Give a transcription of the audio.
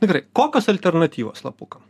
nu gerai kokios alternatyvos slapukam